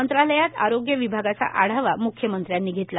मंत्रालयात आरोग्य विभागाचा आढावा म्ख्यमंत्र्यांनी घेतला